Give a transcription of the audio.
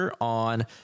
on